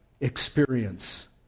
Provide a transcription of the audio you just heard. experience